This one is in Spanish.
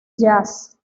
jazz